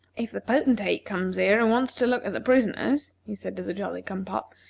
if the potentate comes here and wants to look at the prisoners, he said to the jolly-cum-pop,